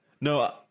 No